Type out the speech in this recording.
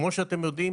כמו שאתם יודעים,